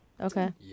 Okay